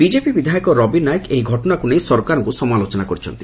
BJP ବିଧାୟକ ରବି ନାୟକ ଏହି ଘଟଣାକୁ ନେଇ ସରକାରଙ୍କୁ ସମାଲୋଚନା କରିଛନ୍ତି